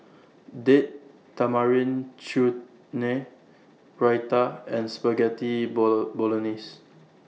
Date Tamarind Chutney Raita and Spaghetti Bolognese